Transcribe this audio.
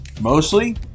Mostly